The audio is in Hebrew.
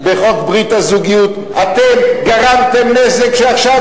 בחוק ברית הזוגיות אתם גרמתם נזק שעכשיו